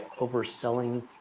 overselling